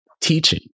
teaching